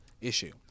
issue